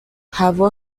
هوا